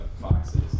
boxes